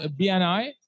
BNI